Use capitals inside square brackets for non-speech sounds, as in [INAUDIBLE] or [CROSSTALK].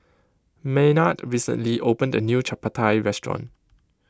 Maynard recently opened a new Chapati restaurant [NOISE]